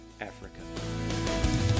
Africa